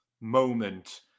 moment